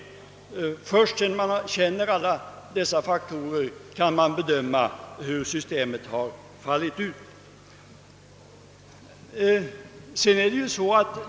Först när man känner alla dessa faktorer kan man bedöma vilket utfall systemet har givit.